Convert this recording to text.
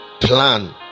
plan